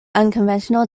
unconventional